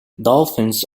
dolphins